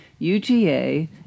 UGA